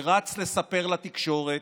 ורץ לספר לתקשורת.